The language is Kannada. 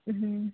ಹ್ಞೂ